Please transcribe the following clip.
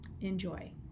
enjoy